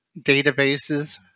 databases